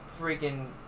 freaking